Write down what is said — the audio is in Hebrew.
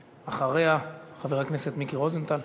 אחריה, חבר הכנסת מיקי רוזנטל.